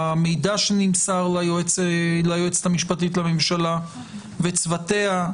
המידע שנמסר ליועצת המשפטית לממשלה ולצוותיה,